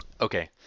Okay